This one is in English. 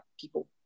people